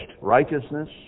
righteousness